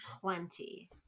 plenty